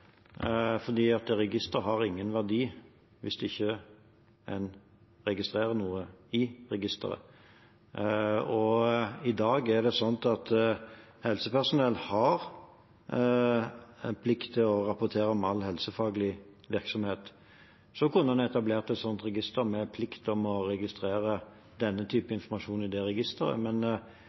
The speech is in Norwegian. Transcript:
har ingen verdi hvis en ikke registrerer noe i det. I dag har helsepersonell en plikt til å rapportere om all helsefaglig virksomhet. En kunne ha etablert et slikt register med plikt til å registrere denne typen informasjon i det registeret,